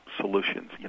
solutions